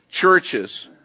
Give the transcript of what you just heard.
churches